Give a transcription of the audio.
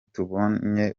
tubonye